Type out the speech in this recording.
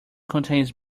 contains